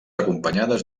acompanyades